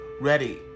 ready